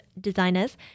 designers